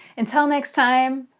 until next time,